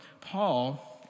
Paul